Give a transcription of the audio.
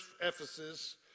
Ephesus